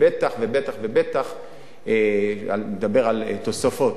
ובטח ובטח לדבר על תוספות.